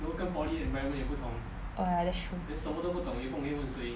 oh ya that's true